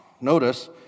Notice